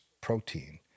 protein